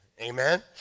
Amen